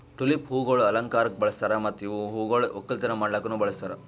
tulip ಹೂವುಗೊಳ್ ಅಲಂಕಾರಕ್ ಬಳಸ್ತಾರ್ ಮತ್ತ ಇವು ಹೂಗೊಳ್ ಒಕ್ಕಲತನ ಮಾಡ್ಲುಕನು ಬಳಸ್ತಾರ್